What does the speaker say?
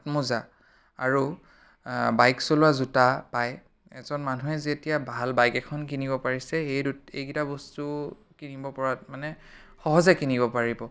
হাতমোজা আৰু বাইক চলোৱা জোতা পায় এজন মানুহে যেতিয়া ভাল বাইক এখন কিনিব পাৰিছে এই দু এইকেইটা বস্তু কিনিব পৰাটো মানে সহজে কিনিব পাৰিব